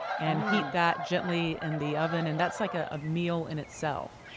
and heat that gently in the oven and that's like ah a meal in itself.